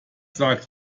sagt